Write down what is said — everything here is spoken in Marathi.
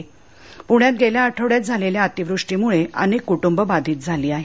प्ण्यात गेल्या आठवड्यात झालेल्या अतिवृष्टीमुळे अनेक कुटुंबं बाधित झाली आहेत